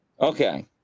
Okay